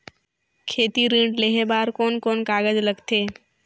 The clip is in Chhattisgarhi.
खेती ऋण लेहे बार कोन कोन कागज लगथे?